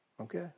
Okay